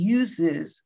uses